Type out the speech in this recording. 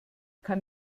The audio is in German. kann